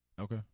Okay